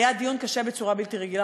היה דיון קשה בצורה בלתי רגילה,